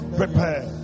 prepare